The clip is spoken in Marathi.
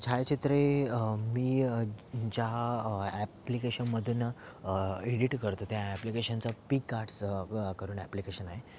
छायचित्रे मी ज्या ॲप्लिकेशनमधून एडिट करतो त्या ॲप्लिकेशनचा पिकआर्ट्स करून ॲप्लिकेशन आहे